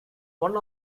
one